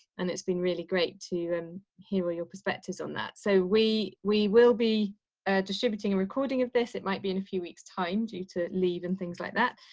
and it's been really great to and hear your perspectives on that. so we we will be distributing recording of this. it might be in a few weeks time due to leave and things like that,